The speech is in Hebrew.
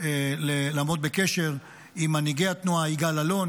לעמוד בקשר עם מנהיגי התנועה יגאל אלון,